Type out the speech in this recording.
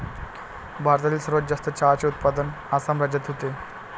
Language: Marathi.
भारतातील सर्वात जास्त चहाचे उत्पादन आसाम राज्यात होते